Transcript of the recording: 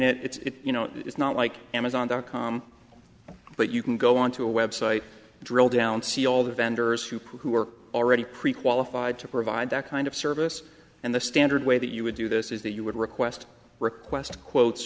it's you know it's not like amazon dot com but you can go onto a web site drill down see all the vendors who pool who were already pre qualified to provide that kind of service and the standard way that you would do this is that you would request request quotes